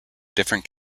different